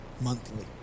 monthly